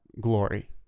glory